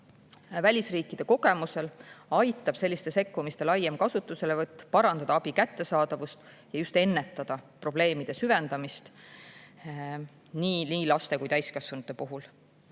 Välisriikide kogemuse põhjal aitab selliste sekkumiste laiem kasutuselevõtt parandada abi kättesaadavust ja ennetada probleemide süvenemist nii laste kui ka täiskasvanute puhul.